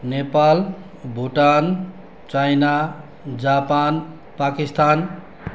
Nepal Bhutan China Japan Pakistan